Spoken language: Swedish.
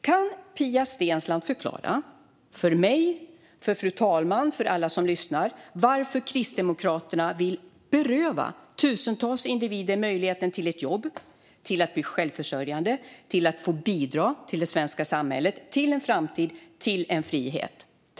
Kan Pia Steensland förklara för mig, för fru talmannen och för alla som lyssnar varför Kristdemokraterna vill beröva tusentals individer möjligheten till ett jobb, till att bli självförsörjande, till att få bidra till det svenska samhället, till en framtid och till en frihet?